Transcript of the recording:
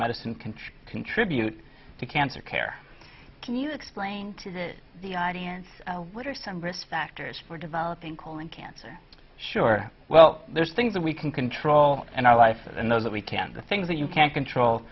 medicine can treat contribute to cancer care can you explain to the audience what are some risk factors for developing colon cancer sure well there's things that we can control and our life and those that we can the things that you can control